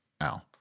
Al